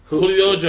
Julio